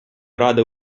ради